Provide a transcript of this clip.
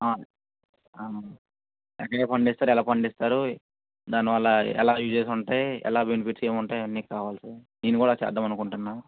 ఎక్కడ పండిస్తారు ఎలా పండిస్తారు దాని వల్ల ఎలా యూజెస్ ఉంటాయి ఎలా బెనిఫిట్స్ ఏముంటాయి అవన్నీ కావాలి సార్ నేను కూడా చేద్దామనుకుంటున్నా